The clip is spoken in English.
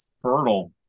fertile